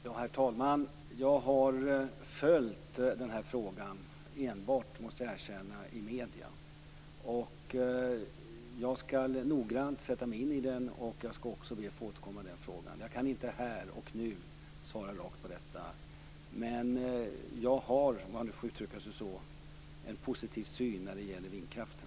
Herr talman! Jag måste erkänna att jag enbart har följt den här frågan i medierna. Jag skall noggrant sätta mig in i den. Jag skall också be att få återkomma i frågan. Jag kan inte här och nu svara på detta. Jag har, om jag får uttrycka det så, en positiv syn på vindkraften.